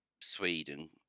Sweden